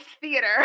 theater